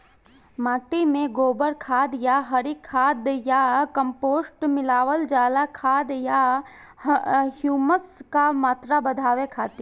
माटी में गोबर खाद या हरी खाद या कम्पोस्ट मिलावल जाला खाद या ह्यूमस क मात्रा बढ़ावे खातिर?